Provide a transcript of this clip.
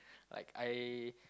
like I